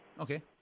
Okay